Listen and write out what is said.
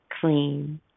clean